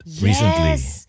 Recently